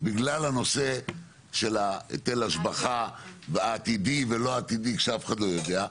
בגלל הנושא של היטל השבחה עתידי ולא עתידי כשאף אחד לא יודע.